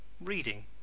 Reading